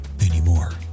anymore